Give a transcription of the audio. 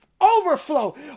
Overflow